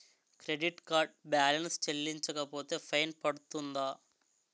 Credit card balance చెల్లించకపోతే fine పడ్తుంద?